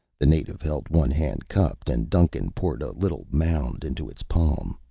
the native held one hand cupped and duncan poured a little mound into its palm.